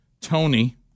Tony